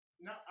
No